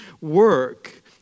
work